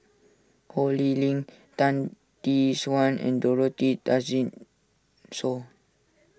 Ho Lee Ling Tan Tee Suan and Dorothy Tessensohn